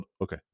okay